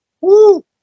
Woo